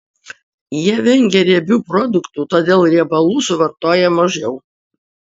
jie vengia riebių produktų todėl riebalų suvartoja mažiau